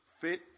fit